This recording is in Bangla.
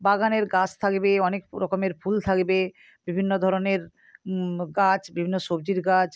বাগানের গাছ থাকবে অনেক রকমের ফুল থাকবে বিভিন্ন ধরনের গাছ বিভিন্ন সবজির গাছ